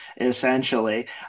Essentially